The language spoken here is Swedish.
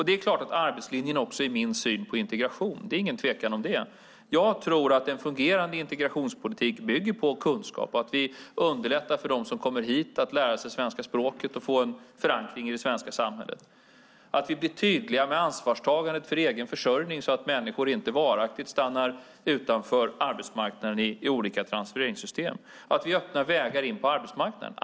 Det är klart att arbetslinjen också är min syn på integration - det råder ingen tvekan om det. Jag tror att en fungerande integrationspolitik bygger på kunskap, på att vi underlättar för dem som kommer hit att lära sig svenska språket och att få en förankring i det svenska samhället, liksom på att vi blir tydliga med ansvarstagandet för egen försörjning så att människor inte varaktigt stannar utanför arbetsmarknaden i olika transfereringssystem och på att vi öppnar vägar in på arbetsmarknaden.